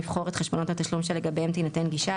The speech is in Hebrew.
לבחור את חשבונות התשלום שלגביהם תינתן גישה,